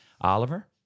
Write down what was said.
Oliver